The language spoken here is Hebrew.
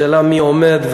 השאלה היא מי עומד,